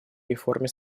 реформе